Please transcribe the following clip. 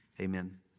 Amen